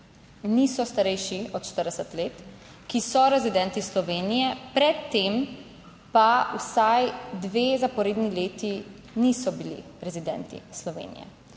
niso starejši od 40 let, ki so rezidenti Slovenije, pred tem pa vsaj dve zaporedni leti niso bili rezidenti Slovenije